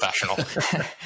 professional